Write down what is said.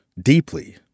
deeply